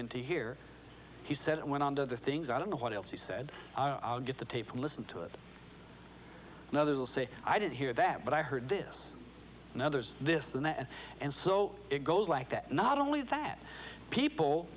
in to hear he said it went on to other things i don't know what else he said i'll get the tape and listen to it and others will say i didn't hear that but i heard this and others this than that and so it goes like that not only that people